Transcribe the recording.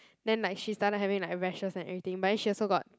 then like she started having like rashes and everything but then she also got